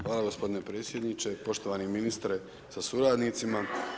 Hvala gospodine predsjedniče, poštovani ministre sa suradnicima.